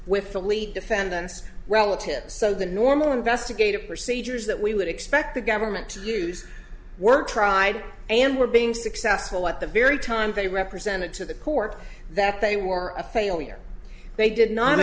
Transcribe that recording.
with the lead defendants relatives so the normal investigative procedures that we would expect the government to use were tried and were being successful at the very time they represented to the court that they were a failure they did not